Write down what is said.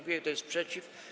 Kto jest przeciw?